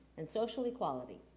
and social equality.